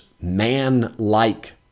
man-like